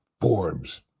Forbes